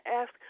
ask